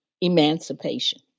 emancipation